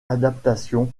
adaptations